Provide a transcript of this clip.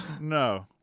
No